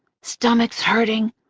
stomachs hurting,